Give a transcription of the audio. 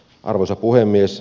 arvoisa puhemies